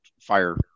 fire